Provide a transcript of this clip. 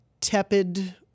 tepid